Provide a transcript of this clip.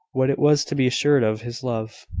what it was to be assured of his love.